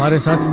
but inside.